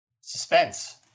Suspense